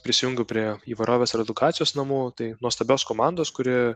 prisijungiau prie įvarovės ir edukacijos namų tai nuostabios komandos kuri